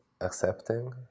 accepting